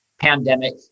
pandemic